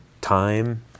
time